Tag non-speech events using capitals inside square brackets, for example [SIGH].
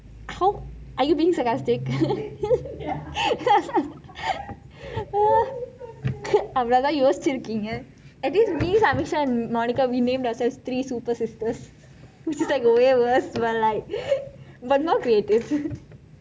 how are you being sarcastic [LAUGHS] [LAUGHS] [LAUGHS] quite creative அவ்வளவு தான் யோசிருக்கீங்க:avvalavu thaan yosirukinka at least me samyuksha and monica we named ourselves three super sisters way worse one but not creative